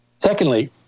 Secondly